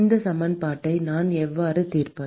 இந்த சமன்பாட்டை நான் எவ்வாறு தீர்ப்பது